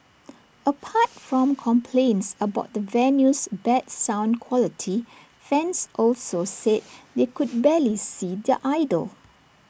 apart from complaints about the venue's bad sound quality fans also said they could barely see their idol